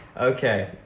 Okay